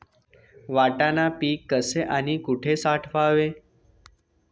वाटाणा पीक कसे आणि कुठे साठवावे?